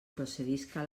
procedisca